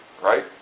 right